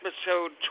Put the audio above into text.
Episode